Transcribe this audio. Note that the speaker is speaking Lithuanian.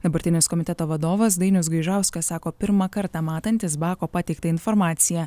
dabartinis komiteto vadovas dainius gaižauskas sako pirmą kartą matantis bako pateiktą informaciją